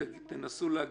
תנסו להגיע,